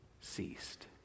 ceased